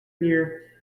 near